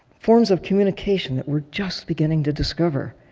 forms of communication that we're just beginning to discover.